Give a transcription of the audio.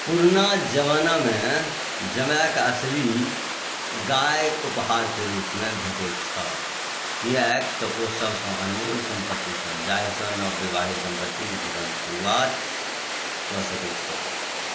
पुरना जमानामे जमायके असली गाय उपहारके रूपमे भेटैत छल किआक तऽ ओ सबसँ अनमोल सम्पत्ति छल जाहिसँ नव विवाहित दम्पत्ति जीवनक शुरुआत कऽ सकैत छलाह